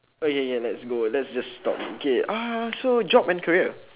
okay okay let's go just let's just talk okay uh so job and career